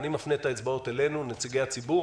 אני מפנה את האצבעות אלינו, נציגי הציבור,